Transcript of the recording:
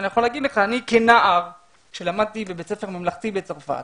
אני יכול להגיד לך שאני כנער שלמדתי בבית ספר ממלכתי בצרפת,